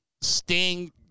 Sting